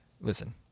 Listen